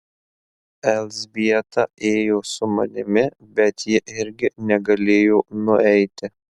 elzbieta ėjo su manimi bet ji irgi negalėjo nueiti